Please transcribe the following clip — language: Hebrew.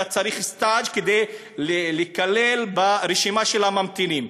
אתה צריך סטאז' כדי להיכלל ברשימת הממתינים,